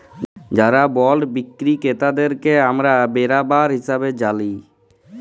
যারা বল্ড বিক্কিরি কেরতাদেরকে আমরা বেরাবার হিসাবে জালি